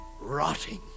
rotting